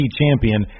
champion